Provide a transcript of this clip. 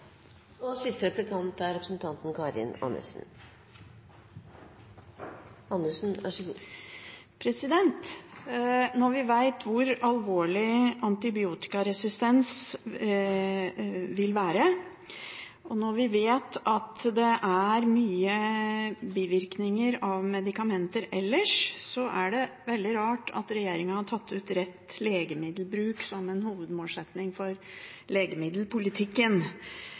Når vi vet hvor alvorlig antibiotikaresistens vil være, når vi vet at det er mye bivirkninger av medikamenter ellers, er det veldig rart at regjeringa har tatt ut rett legemiddelbruk av hovedmålsettingene for legemiddelpolitikken.